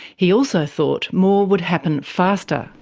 he also thought more would happen faster.